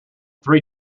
three